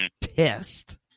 pissed